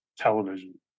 television